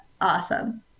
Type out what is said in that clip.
awesome